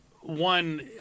one